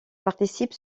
participe